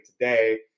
today